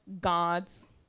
God's